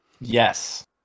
Yes